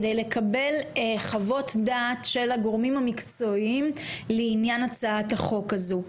כדי לקבל חוות דעת של הגורמים המקצועיים לעניין הצעת החוק הזה.